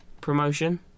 promotion